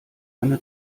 eine